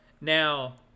Now